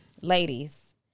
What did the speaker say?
Ladies